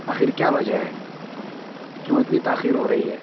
آخر کیا وجہ ہے کیوں اتنی تاخیر ہو رہی ہے